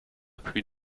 plus